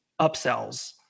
upsells